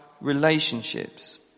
relationships